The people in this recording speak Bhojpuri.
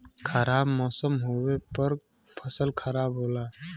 खराब मौसम होवे पर फसल खराब होला